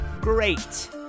great